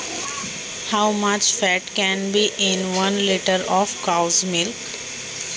एक लिटर गाईच्या दुधात किती फॅट असू शकते?